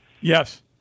Yes